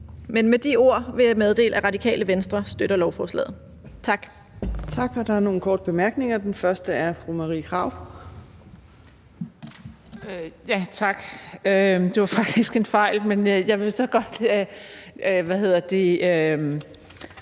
Med de ord vil jeg meddele, at Radikale Venstre støtter forslaget. Tak.